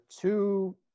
two